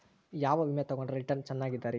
ಯಾವ ವಿಮೆ ತೊಗೊಂಡ್ರ ರಿಟರ್ನ್ ಚೆನ್ನಾಗಿದೆರಿ?